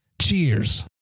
Cheers